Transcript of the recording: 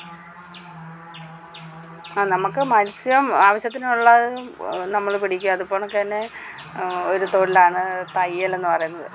ആ നമുക്ക് മത്സ്യം ആവശ്യത്തിനുള്ളത് നമ്മൾ പിടിക്കുക അത് കണക്ക് തന്നെ ഒരു തൊഴിലാണ് തയ്യൽ എന്ന് പറയുന്നത്